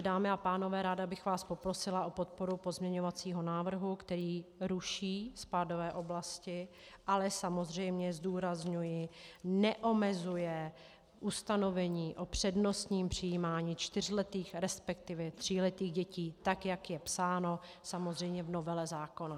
Dámy a pánové, ráda bych vás poprosila o podporu pozměňovacího návrhu, který ruší spádové oblasti, ale samozřejmě zdůrazňuji, že neomezuje ustanovení o přednostním přijímání čtyřletých, respektive tříletých dětí, tak jak je psáno samozřejmě v novele zákona.